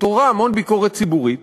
התעוררה המון ביקורת ציבורית,